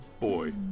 boy